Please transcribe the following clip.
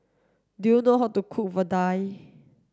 do you know how to cook Vadai